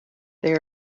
there